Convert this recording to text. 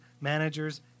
managers